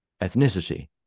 ethnicity